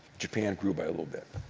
japan grew by a little bit.